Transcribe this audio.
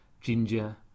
Ginger